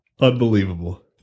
unbelievable